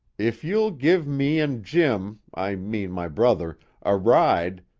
if you'll give me and jim i mean my brother a ride,